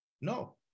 No